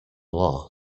law